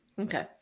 Okay